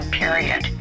period